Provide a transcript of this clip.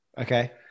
Okay